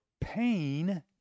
pain